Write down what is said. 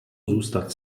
zůstat